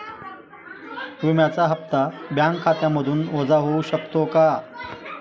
विम्याचा हप्ता बँक खात्यामधून वजा होऊ शकतो का?